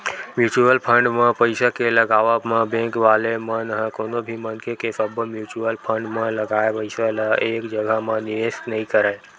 mutual fund म पइसा के लगावब म बेंक वाले मन ह कोनो भी मनखे के सब्बो म्युचुअल फंड म लगाए पइसा ल एक जघा म निवेस नइ करय